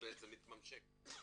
בעצם מתממשק עם